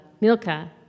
Milka